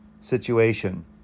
situation